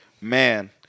Man